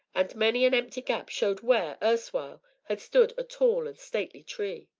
and many an empty gap showed where, erstwhile, had stood a tall and stately tree.